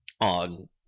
on